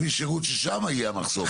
ששם יהיה המחסום,